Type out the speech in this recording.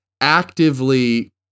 actively